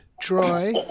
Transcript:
Troy